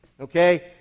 Okay